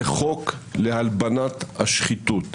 זה חוק להלבנת השחיתות.